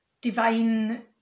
divine